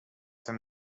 tym